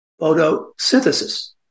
photosynthesis